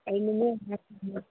ꯑꯩꯅꯅꯦ